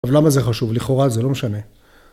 אבל למה זה חשוב? לכאורה זה לא משנה.